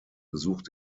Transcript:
besucht